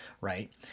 right